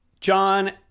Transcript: john